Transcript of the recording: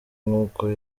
nkuko